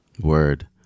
word